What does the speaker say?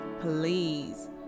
please